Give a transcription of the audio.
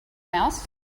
mouse